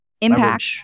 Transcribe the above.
impact